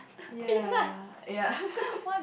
ya ya